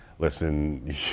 Listen